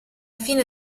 fine